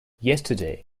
yesterday